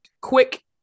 Quick